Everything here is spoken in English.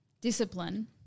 discipline